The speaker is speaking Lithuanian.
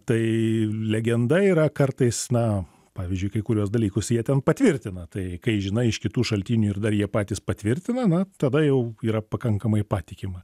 tai legenda yra kartais na pavyzdžiui kai kuriuos dalykus jie ten patvirtina tai ką žinai iš kitų šaltinių ir dar jie patys patvirtina na tada jau yra pakankamai patikima